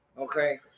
okay